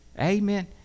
amen